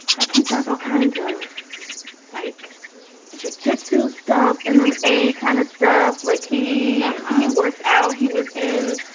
like he does all kinds of like jujitsu stuff in um a kind of stuff. like he he works out. he was in